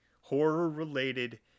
horror-related